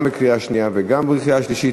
גם בקריאה שנייה וגם בקריאה שלישית,